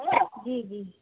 जी जी